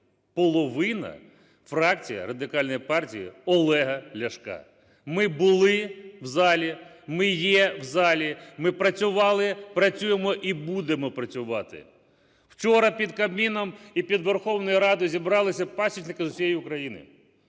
половина – фракція Радикальної партії Олега Ляшка. Ми були в залі, ми є в залі, ми працювали, працюємо і будемо працювати. Учора під Кабміном і під Верховною Радою зібралися пасічники з усієї України.